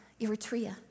Eritrea